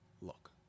look